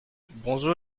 bonjour